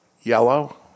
yellow